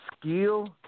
skill